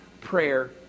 prayer